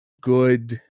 good